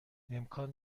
امکان